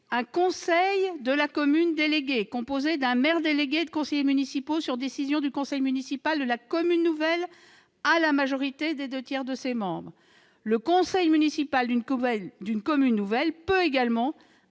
un conseil de la commune déléguée, composé d'un maire délégué et de conseillers municipaux, sur décision du conseil municipal de la commune nouvelle statuant à la majorité des deux tiers de ses membres. Le conseil municipal d'une commune nouvelle peut également